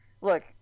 Look